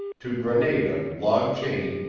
to granada, log chain,